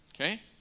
okay